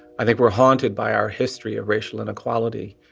i think we're haunted by our history of racial inequality.